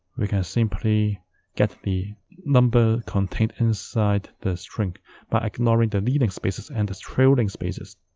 we can simply get the number contained inside the string by ignoring the leading spaces and the trailing spaces